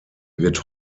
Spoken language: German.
wird